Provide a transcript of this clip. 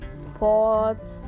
sports